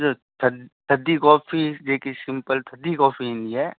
थ थद थधी कॉफ़ी जेकी सिंपल थधी कॉफ़ी ईंदी आहे